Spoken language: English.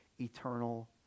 eternal